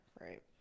right